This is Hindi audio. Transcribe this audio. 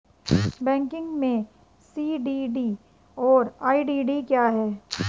बैंकिंग में सी.डी.डी और ई.डी.डी क्या हैं?